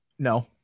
No